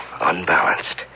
unbalanced